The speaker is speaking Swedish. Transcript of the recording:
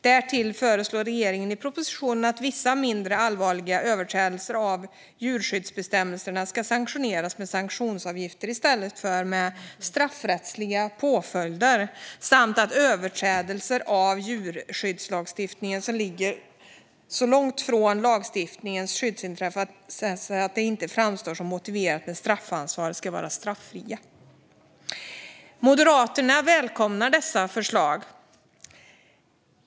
Därtill föreslår regeringen i propositionen att vissa mindre allvarliga överträdelser av djurskyddsbestämmelserna ska sanktioneras med sanktionsavgifter i stället för med straffrättsliga påföljder samt att överträdelser av djurskyddslagstiftningen som ligger så långt ifrån lagstiftningens skyddsintresse att det inte framstår som motiverat med straffansvar ska vara straffria. Moderaterna välkomnar dessa förslag.